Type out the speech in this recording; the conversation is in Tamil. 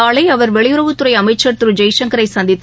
நாளை அவர் வெளியுறவு அமைச்சர் திரு ஜெய்சங்கரை சந்தித்து